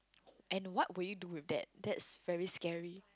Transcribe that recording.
and what will do with that that's very scary